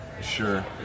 Sure